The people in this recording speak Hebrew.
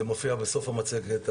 הטבלה המעודכנת מופיעה בסוף המצגת.